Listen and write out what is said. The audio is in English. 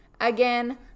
again